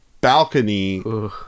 balcony